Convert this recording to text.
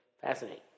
Fascinating